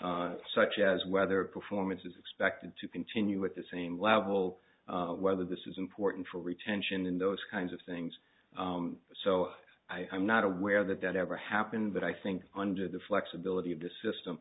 factors such as whether performance is expected to continue with the same level whether this is important for retention and those kinds of things so i'm not aware that that ever happened but i think under the flexibility of the system